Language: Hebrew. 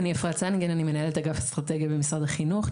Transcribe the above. אני אפרת צנגן, מנהלת אגף אסטרטגיה במשרד החינוך.